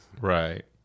right